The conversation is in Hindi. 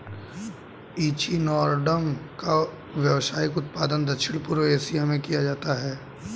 इचिनोडर्म का व्यावसायिक उत्पादन दक्षिण पूर्व एशिया में किया जाता है